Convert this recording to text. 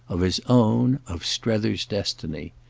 of his own, of strether's destiny.